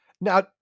Now